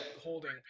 holding